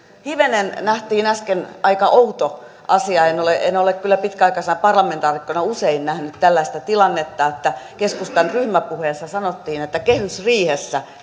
hivenen nähtiin äsken aika outo asia en ole en ole kyllä pitkäaikaisena parlamentaarikkona usein nähnyt tällaista tilannetta keskustan ryhmäpuheessa sanottiin että kehysriihessä